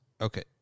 Okay